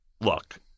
look